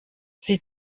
sie